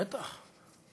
בטח.